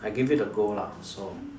I give it a go lah so